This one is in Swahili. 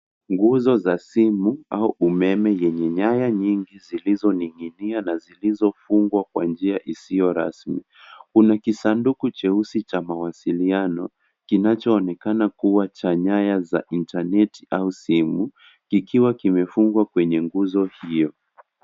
Nguzo za simu au umeme yenye nyaya nyingi zilizoninginia na zilizofungwa kwa njia isiyo rasmi kuna kisanduku cheusi cha mawasiliano kinachoonekana kuwa cha nyaya za intaneti au simu kikiwa kimefungwa kwenye nguzo hiyo.